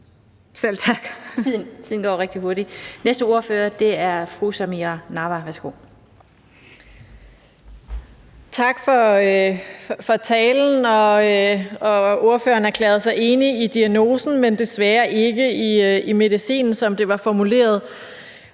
Nawa. Værsgo. Kl. 16:51 Samira Nawa (RV): Tak for talen. Ordføreren erklærede sig enig i diagnosen, men desværre ikke i medicinen, som det var formuleret.